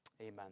Amen